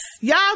Y'all